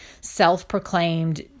self-proclaimed